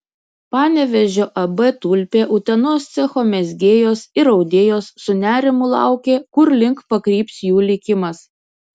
panevėžio ab tulpė utenos cecho mezgėjos ir audėjos su nerimu laukė kurlink pakryps jų likimas